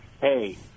hey